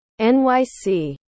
NYC